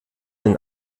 den